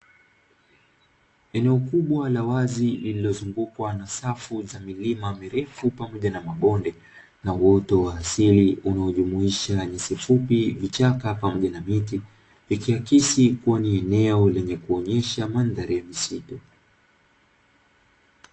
Eneo kubwa la wazi lililozungukwa na safu za milima mirefu pamoja na mabonde, na uoto wa asili unaojumuisha nyasi fupi vichaka pamoja na miti. Ikihakisi kuwa ni eneo lenye kuonyesha mandhari ya misitu